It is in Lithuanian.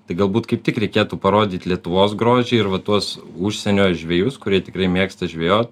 tai galbūt kaip tik reikėtų parodyt lietuvos grožį ir va tuos užsienio žvejus kurie tikrai mėgsta žvejot